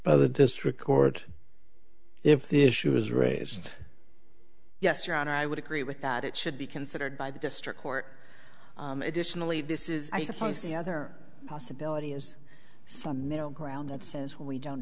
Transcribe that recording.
by the district court if the issue is raised yes your honor i would agree with that it should be considered by the district court additionally this is i suppose the other possibility is some middle ground that says we don't